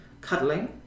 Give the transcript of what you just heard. cuddling